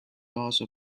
also